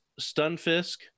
Stunfisk